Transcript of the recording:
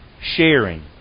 sharing